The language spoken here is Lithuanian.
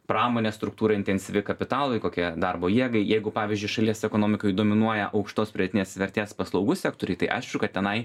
pramonės struktūra intensyvi kapitalui kokia darbo jėgai jeigu pavyzdžiui šalies ekonomikoj dominuoja aukštos pridėtinės vertės paslaugų sektoriai tai aišku kad tenai